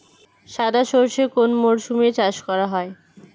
সাদা সর্ষে কোন মরশুমে চাষ করা হয়?